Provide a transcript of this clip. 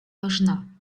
важна